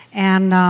and